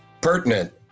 pertinent